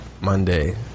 Monday